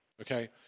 okay